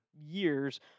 years